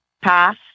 pass